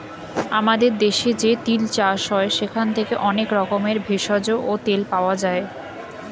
আমাদের দেশে যে তিল চাষ হয় সেখান থেকে অনেক রকমের ভেষজ ও তেল পাওয়া যায়